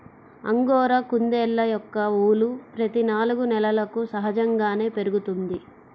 angora కుందేళ్ళ యొక్క ఊలు ప్రతి నాలుగు నెలలకు సహజంగానే పెరుగుతుంది